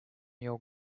your